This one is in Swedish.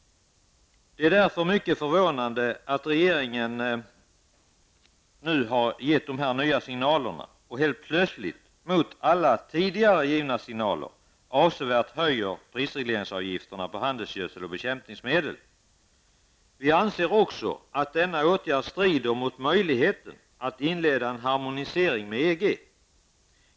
Det är därför mycket förvånande att regeringen nu gett dessa nya signaler och helt plötsligt, mot alla tidigare givna signaler, avsevärt höjer prisregleringsavgifterna på handelsgödsel och bekämpningsmedel. Vi anser att denna åtgärd strider mot möjligheterna att inleda en harmonisering med EG.